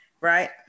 right